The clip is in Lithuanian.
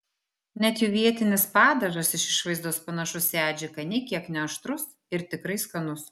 net jų vietinis padažas iš išvaizdos panašus į adžiką nė kiek neaštrus ir tikrai skanus